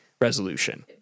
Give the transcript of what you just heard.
resolution